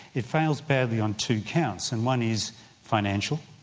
it fails badly on two counts, and one is financial,